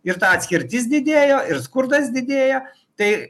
ir ta atskirtis didėjo ir skurdas didėja tai